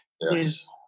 Yes